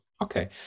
Okay